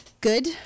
Good